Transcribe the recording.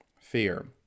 fear